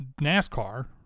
NASCAR